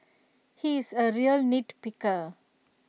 he is A real nitpicker